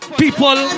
people